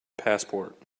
passport